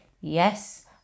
Yes